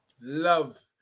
Love